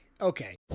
okay